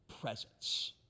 presence